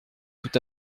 tout